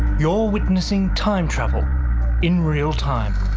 you're witnessing time travel in real-time,